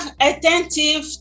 attentive